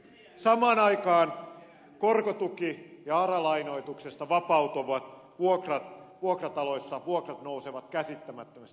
samaan aikaan korkotuki ja ara lainoituksesta vapautuvissa vuokrataloissa vuokrat nousevat käsittämättömästi